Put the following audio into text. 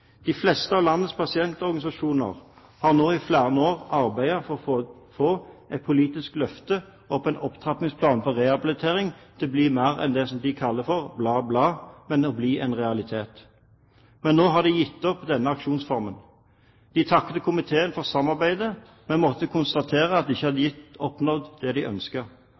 De fleste av landets pasientorganisasjoner har nå i flere år arbeidet for å få et politisk løfte om en opptrappingsplan for rehabilitering til å bli mer enn det de kaller «bla, bla», nemlig en realitet. Men nå har de gitt opp denne aksjonsformen. De takket komiteen for samarbeidet, men måtte konstatere at de ikke hadde oppnådd det de